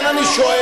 ואני מחזק